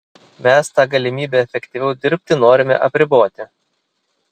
mes tą galimybę efektyviau dirbti norime apriboti